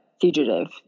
fugitive